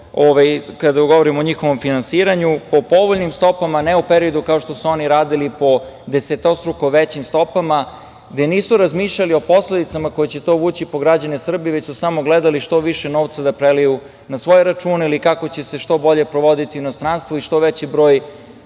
kada govorimo o njihovom finansiranju, o povoljnim stopama, ne u periodu kao što su oni radili, po desetostruko većim stopama, gde nisu razmišljali o posledicama koje će to vući po građane Srbije, već su samo gledali što više novca da preliju na svoje račune, ili kako će se što bolje provoditi u inostranstvu i što veći broj